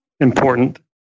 important